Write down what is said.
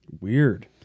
Weird